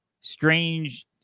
Strange